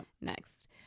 Next